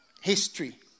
history